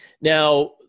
Now